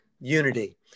unity